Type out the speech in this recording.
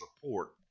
support